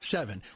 Seven